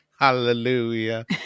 Hallelujah